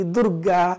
Durga